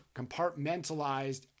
compartmentalized